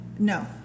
No